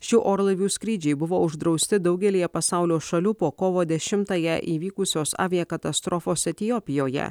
šių orlaivių skrydžiai buvo uždrausti daugelyje pasaulio šalių po kovo dešimtąją įvykusios aviakatastrofos etiopijoje